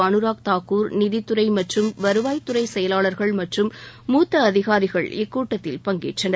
அணுராக் தாகூர் நிதித்துறை மற்றம் வருவாய்த்துறை செயலாளர்கள் மற்றும் மூத்த அதிகாரிகள் இக்கூட்டத்தில் பங்கேற்றனர்